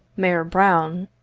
mayor brown,